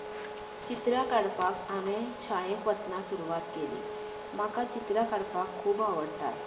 चित्रां काडपाक हांवें शाळेंत वतना सुरवात केली म्हाका चित्रां काडपाक खूब आवडटात